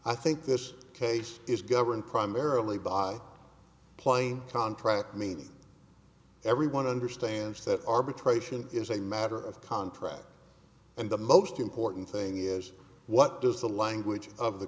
i think this case is governed primarily by plain contract i mean everyone understands that arbitration is a matter of contract and the most important thing is what does the language of the